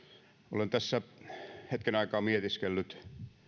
olen tässä hetken aikaa mietiskellyt